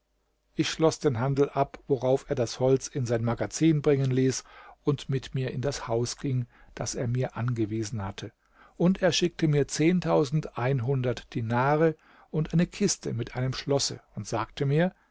ich schloß den handel ab worauf er das holz in sein magazin bringen ließ und mit mir in das haus ging das er mir angewiesen hatte und er schickte mir dinare und eine kiste mit einem schlosse und sagte mir